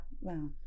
wow